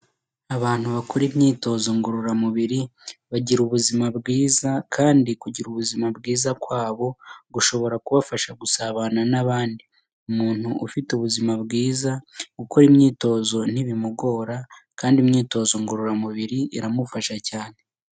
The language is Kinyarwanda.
Abantu bakora imyitozongororamubiri bagira ubuzima bwiza kandi kugira ubuzima bwiza kwabo gushobora kubafasha gusabana n'abandi. Umuntu ufite ubuzima bwiza gukora imyitozo ntibimugora kandi imyitozongororamubiri iramufasha cyane.